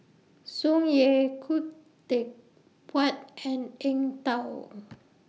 Tsung Yeh Khoo Teck Puat and Eng Tow